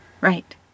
right